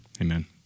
Amen